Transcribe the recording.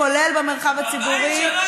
כולל במרחב הציבורי,